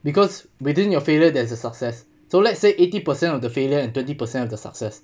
because within your failure there is a success so let's say eighty percent of the failure and twenty percent of the success